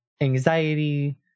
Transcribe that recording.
anxiety